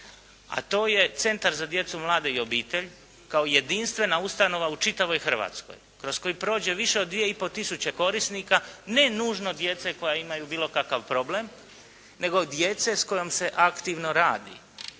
a to je Centar za djecu mladih i obitelj kao jedinstvena ustanova u čitavoj Hrvatskoj kroz koju prođe više od 2,5 tisuće korisnika, ne nužno djece koja imaju bilo kakav problem, nego djece s kojom se aktivno radi